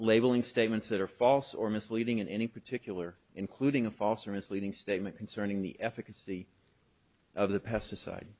labeling statements that are false or misleading in any particular including a false or misleading statement concerning the efficacy of the pesticide